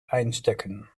einstecken